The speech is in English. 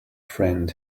friend